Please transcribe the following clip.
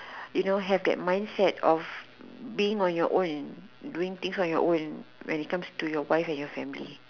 you know have the mindset of being on your own doing things on you own when it comes to your wife and your family